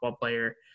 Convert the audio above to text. player